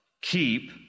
keep